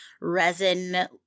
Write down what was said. resin